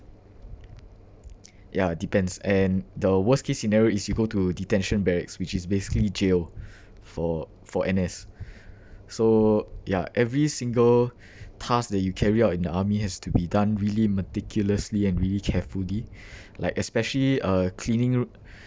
ya depends and the worst case scenario is you go to detention barracks which is basically jail for for N_S so ya every single task that you carry out in the army has to be done really meticulously and really carefully like especially uh cleaning r~